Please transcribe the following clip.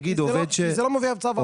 נגיד עובד --- זה לא מופיע בצו ההרחבה.